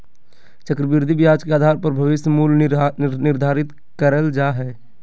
चक्रविधि ब्याज के आधार पर भविष्य मूल्य निर्धारित करल जा हय